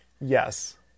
Yes